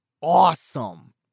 awesome